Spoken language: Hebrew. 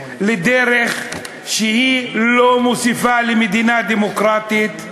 לדרך שלא מוסיפה למדינה דמוקרטית.